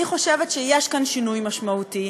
אני חושבת שיש כאן שינוי משמעותי.